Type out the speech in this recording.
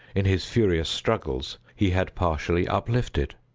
in his furious struggles, he had partially uplifted.